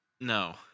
No